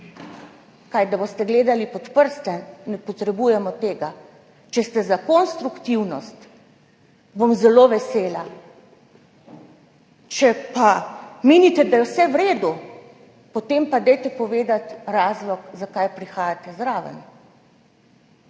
Da boste gledali pod prste? Ne potrebujemo tega. Če ste za konstruktivnost, bom zelo vesela, če pa menite, da je vse v redu, potem pa povejte razlog, zakaj prihajate zraven.